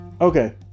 Okay